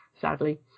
sadly